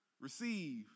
receive